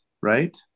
right